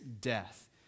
death